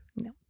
No